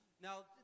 Now